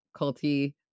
culty